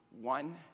one